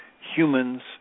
humans